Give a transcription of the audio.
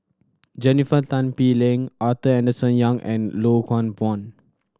Jennifer Tan Bee Leng Arthur Henderson Young and Loh Hoong Kwan